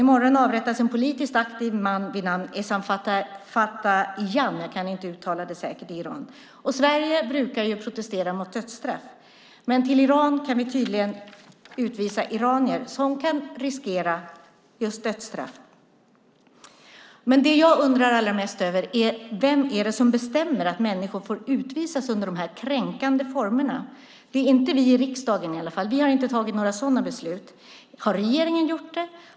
I morgon avrättas en politiskt aktiv man vid namn Ehsan Fatahiyan i Iran. Sverige brukar ju protestera mot dödsstraff, men till Iran kan vi tydligen utvisa iranier som kan riskera dödsstraff. Det jag undrar allra mest över är: Vem är det som bestämmer att människor får utvisas under de här kränkande formerna? Det är i alla fall inte vi i riksdagen. Vi har inte fattat några sådana beslut. Har regeringen gjort det?